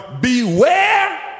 Beware